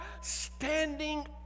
standing